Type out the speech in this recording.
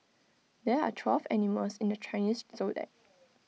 there are twelve animals in the Chinese Zodiac